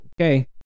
Okay